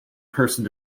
person